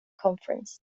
conference